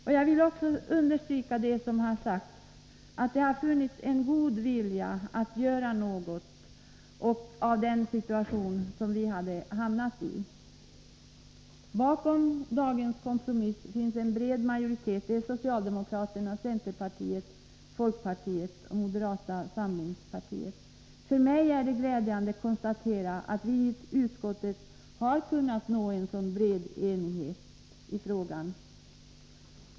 Och jag vill också understryka vad som har sagts, att det har funnits en god vilja att göra något av den situation som vi hade hamnat i. Bakom dagens kompromiss finns en bred majoritet bestående av socialdemokraterna, centerpartiet, folkpartiet och moderata samlingspartiet. För mig är det glädjande att kunna konstatera att vi i utskottet har kunnat nå en så bred enighet i frågan.